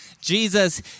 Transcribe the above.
Jesus